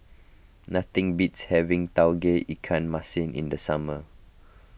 nothing beats having Tauge Ikan Masin in the summer